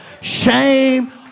shame